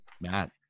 matt